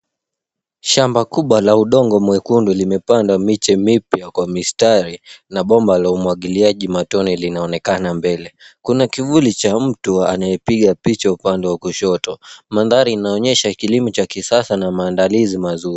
Shamba kubwa la udongo mwekundu limepandwa miche mipya kwa mistari na bomba la umwagiliaji matone linaonekana mbele. Kuna kivuli cha mtu anayepiga picha upande wa kushoto. Mandhari inaonyesha kilimo cha kisasa na maandalizi mazuri.